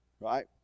right